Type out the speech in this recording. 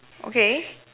okay